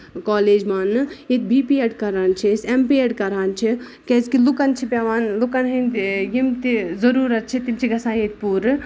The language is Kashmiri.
کالج ماننہٕ ییٚتہِ بی پی ایڈ کران چھِ أسۍ ایم پی ایڈ کران چھِ کیازِ کہِ لُکن چھِ پیٚوان لُکن ہِندۍ یِم تہِ ضروٗرت چھِ تِم چھِ گژھان ییٚتہِ پوٗرٕ